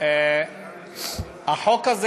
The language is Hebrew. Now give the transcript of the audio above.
החוק הזה,